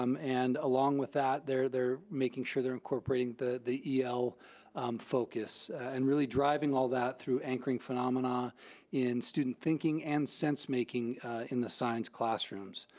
um and along with that, they're they're making sure they're incorporating the the el focus, and really driving all that through anchoring phenomena in student thinking and sense making in the science classrooms.